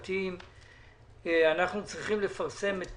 אנחנו צריכים לפרסם את